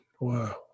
Wow